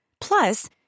Plus